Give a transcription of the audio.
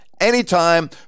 anytime